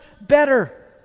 better